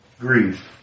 Grief